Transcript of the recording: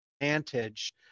advantage